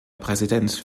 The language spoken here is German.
präsident